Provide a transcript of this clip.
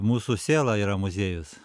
mūsų siela yra muziejus